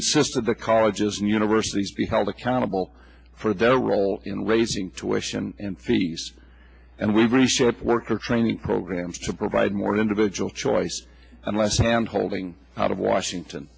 that the colleges and universities be held accountable for their role in raising tuition fees and we reshape worker training programs to provide more individual choice unless hand holding out of washington